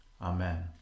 Amen